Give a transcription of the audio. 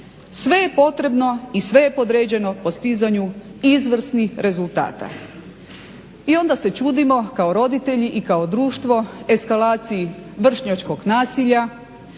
Sve je potrebno i sve je podređeno postizanju izvrsnih rezultata. I onda se čudimo kao roditelji i kao društvo eskalaciji vršnjačkog nasilja,